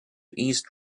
east